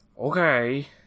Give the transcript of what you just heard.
Okay